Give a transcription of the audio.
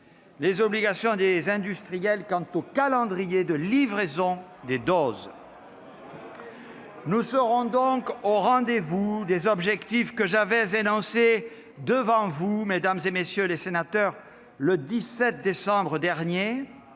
les obligations des industriels quant au calendrier de livraison des doses. L'espoir fait vivre ! Nous serons donc au rendez-vous des objectifs que j'avais énoncés devant vous, mesdames, messieurs les sénateurs, le 17 décembre dernier,